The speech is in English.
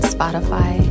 Spotify